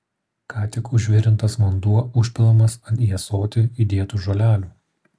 ką tik užvirintas vanduo užpilamas ant į ąsotį įdėtų žolelių